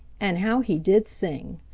and how he did sing!